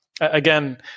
again